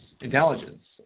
intelligence